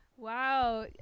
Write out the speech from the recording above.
Wow